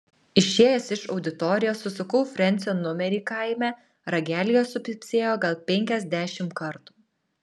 išėjęs iš auditorijos susukau frensio numerį kaime ragelyje supypsėjo gal penkiasdešimt kartų